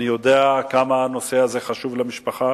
אני יודע כמה הנושא הזה חשוב למשפחה